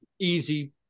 Easy